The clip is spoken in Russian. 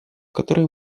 которые